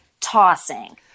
tossing